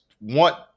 want